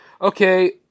okay